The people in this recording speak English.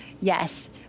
Yes